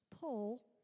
Paul